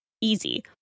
easy